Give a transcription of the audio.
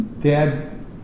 dad